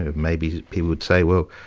ah maybe people would say well,